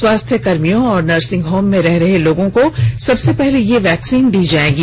स्वास्थ्य कर्मियों और नर्सिंग होम में रह रहे लोगों को सबसे पहले यह वैक्सीन दी जाएगी